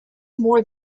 more